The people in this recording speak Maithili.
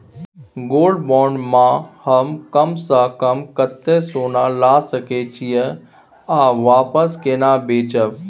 गोल्ड बॉण्ड म हम कम स कम कत्ते सोना ल सके छिए आ वापस केना बेचब?